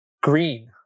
Green